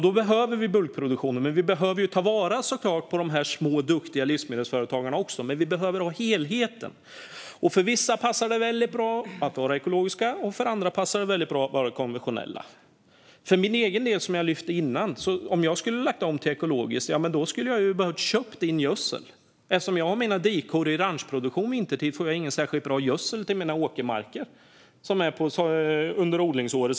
Då behöver vi bulkproduktionen, men vi behöver såklart också ta vara på de små, duktiga livsmedelsföretagen. Vi behöver ha helheten. För vissa passar det väldigt bra att vara ekologiska, och för andra passar det väldigt bra att vara konventionella. För min egen del är det som jag lyfte fram tidigare: Om jag skulle ha lagt om till ekologiskt skulle jag ha behövt köpa in gödsel. Eftersom jag har mina dikor i ranchproduktion vintertid får jag ingen särskilt bra gödsel till mina åkermarker under odlingsåret.